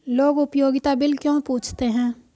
लोग उपयोगिता बिल क्यों पूछते हैं?